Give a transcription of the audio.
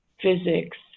physics